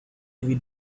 every